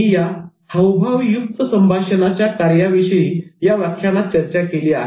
मी या अभाशिकहावभाव युक्त संभाषणाच्या कार्याविषयी या व्याख्यानात चर्चा केली आहे